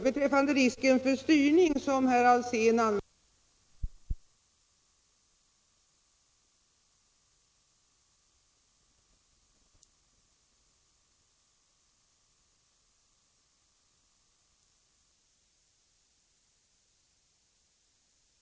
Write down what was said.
Beträffande risken för styrning, som herr Alsén använder så fruktansvärt upprörda tonfall omkring, räcker det kanske ändå att man ännu en gång återger vad herr Alséns egen partikamrat, statsrådet Zachrisson, sade i september förra året: nackdelen med ett selektivt system är en risk för betänklig styrning och i sista hand censur.